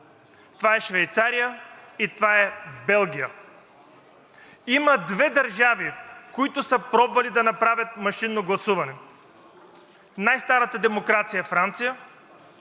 това е Швейцария и това е Белгия. Има две държави, които са пробвали да направят машинно гласуване: най-старата демокрация Франция